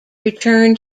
return